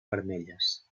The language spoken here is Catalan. vermelles